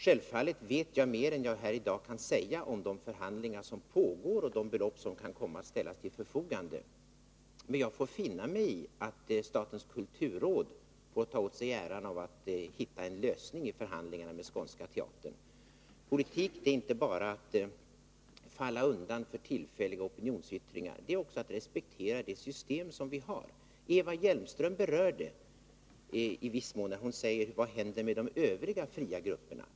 Självfallet vet jag mer än jag kan säga här i dag om de förhandlingar som pågår och de belopp som kan komma att ställas till förfogande. Men jag får finna mig i att statens kulturråd får ta åt sig äran av att hitta en lösning i förhandlingarna med Skånska Teatern. Politik är inte bara att falla undan för tillfälliga opinionsyttringar. Det är också att respektera det system som vi har. Eva Hjelmström berörde i viss mån detta, när hon sade: Vad händer med de övriga fria grupperna?